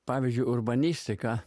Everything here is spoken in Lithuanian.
pavyzdžiui urbanistika